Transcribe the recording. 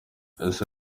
ese